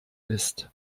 ist